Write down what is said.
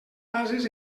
bases